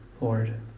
lord